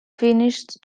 finished